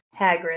Hagrid